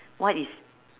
what is